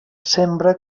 sembra